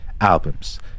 albums